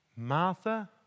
Martha